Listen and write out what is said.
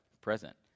present